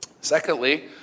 Secondly